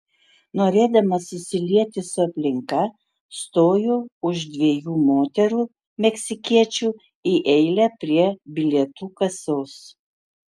norėdamas susilieti su aplinka stoju už dviejų moterų meksikiečių į eilę prie bilietų kasos